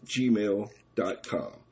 gmail.com